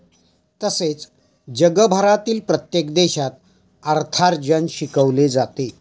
तसेच जगभरातील प्रत्येक देशात अर्थार्जन शिकवले जाते